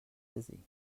dizzy